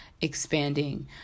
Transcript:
expanding